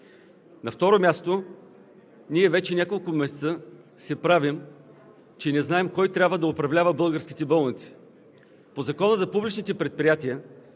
На второ място, ние вече няколко месеца се правим, че не знаем кой трябва да управлява българските болници. По Закона за публичните предприятия